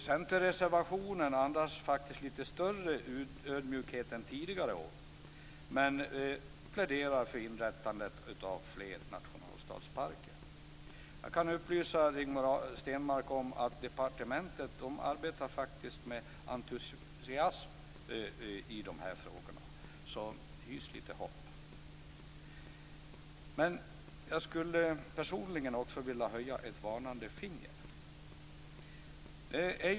Centerreservationen andas lite större ödmjukhet än tidigare år, men man pläderar för inrättande av fler nationalstadsparker. Jag kan upplysa Rigmor Stenmark om att departementet arbetar faktiskt med entusiasm med de här frågorna - så hys lite hopp! Jag skulle personligen vilja höja ett varnande finger.